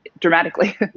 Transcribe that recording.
dramatically